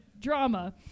drama